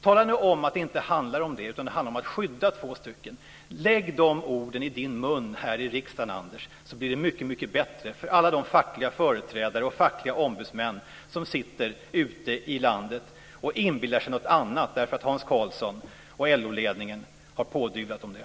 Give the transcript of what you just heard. Tala nu om att det inte handlar om det, utan att det handlar om att skydda två personer! Lägg de orden i munnen här i riksdagen, Anders! Då blir det mycket bättre för alla de fackliga företrädare och fackliga ombudsmän som sitter ute i landet och inbillar sig något annat därför att Hans Karlsson och LO-ledningen har pådyvlat dem det.